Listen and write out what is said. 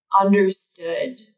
understood